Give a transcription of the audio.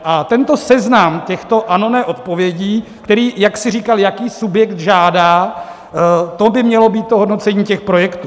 A tento seznam těchto anone odpovědí, který jaksi říkal, jaký subjekt žádá, to by mělo být hodnocení těch projektů.